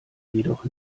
jedoch